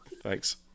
Thanks